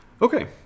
Okay